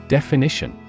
Definition